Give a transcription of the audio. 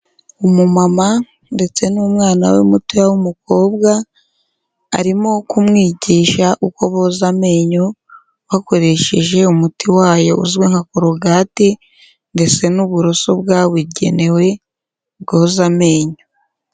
Umumama ndetse n'umwana we muto w'umukobwa, arimo kumwigisha uko boza amenyo bakoresheje umuti wayo uzwi nka korogati ndetse n'uburoso bwabugenewe bwoza amenyo.